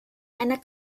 einer